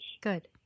Good